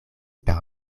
per